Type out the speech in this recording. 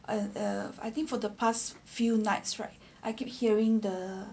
I uh I think for the past few nights right I keep hearing the